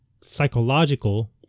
Psychological